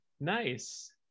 Nice